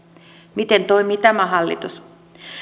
miten toimii tämä hallitus